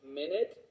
minute